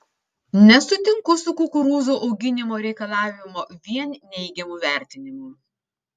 nesutinku su kukurūzų auginimo reikalavimo vien neigiamu vertinimu